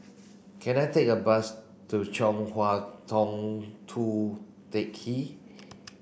can I take a bus to Chong Hua Tong Tou Teck Hwee